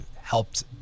helped